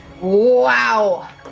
Wow